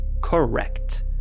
Correct